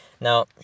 now